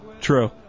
True